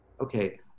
Okay